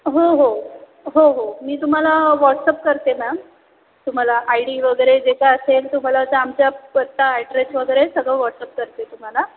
हो हो हो हो मी तुम्हाला व्हॉट्सअप करते मॅम तुम्हाला आय डी वगैरे जे काय असेल तुम्हाला त्या आमच्या पत्ता ॲड्रेस वगैरे सगळं व्हॉटसअप करते तुम्हाला